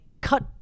cut